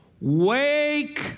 Wake